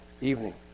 evening